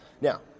Now